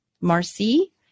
Marcy